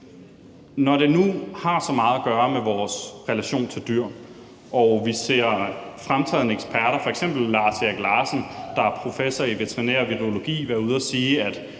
Når det nu har så meget at gøre med vores relation til dyr og vi ser fremtrædende eksperter, f.eks. Lars Erik Larsen, der er professor i veterinær virologi, være